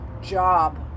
job